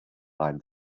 find